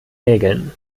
nägeln